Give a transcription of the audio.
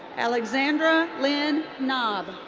alexandra lyn naab.